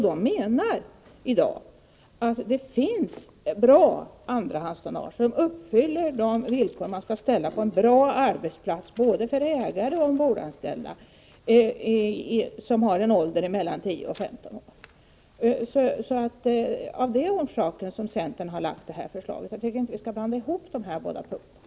De menar att det i dag finns bra andrahandstonnage som uppfyller de villkor man skall ställa på en bra arbetsplats, både för ägare och för ombordanställda, och där fartygen är 10-15 år gamla. Det är av den orsaken som centern har väckt detta förslag. Vi skall alltså inte blanda ihop de här båda sakerna.